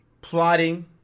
plotting